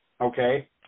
Okay